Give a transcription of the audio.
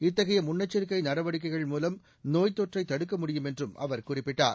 இத்தகைய முன்னெச்சிக்கை நடவடிக்கைகள் மூலம் நோய்த்தொற்றை தடுக்க முடியும் என்றும் அவர் குறிப்பிட்டார்